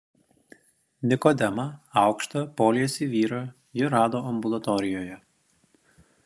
nikodemą aukštą poliesį vyrą ji rado ambulatorijoje